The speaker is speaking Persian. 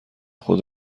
خود